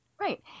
Right